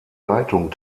leitung